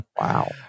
Wow